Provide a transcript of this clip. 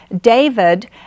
David